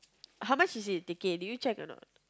how much is the ticket did you check or not